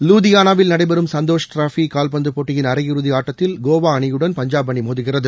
லுாதியானாவில் நடைபெறும் சந்தோஷ் டிராபி கால்பந்து போட்டியின் அரையிறுதி ஆட்டத்தில் கோவா அணியுடன் பஞ்சாப் அணி மோதுகிறது